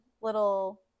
little